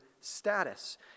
status